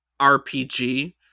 RPG